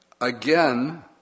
again